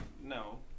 no